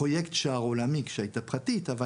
הפרויקט שער עולמי כשהייתה פרטית אבל